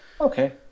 Okay